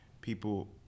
people